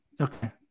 Okay